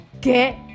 get